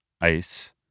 ice